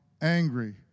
angry